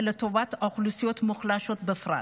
ולטובת אוכלוסיות מוחלשות בפרט.